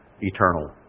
eternal